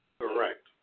Correct